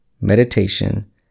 meditation